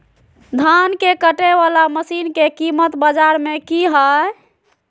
धान के कटे बाला मसीन के कीमत बाजार में की हाय?